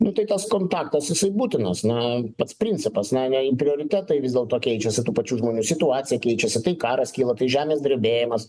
nu tai tas kontaktas būtinas na pats principas na ir prioritetai vis dėlto keičiasi tų pačių žmonių situacija keičiasi tai karas kyla tai žemės drebėjimas